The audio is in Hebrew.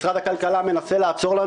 משרד הכלכלה מנסה לעצור את זה.